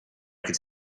could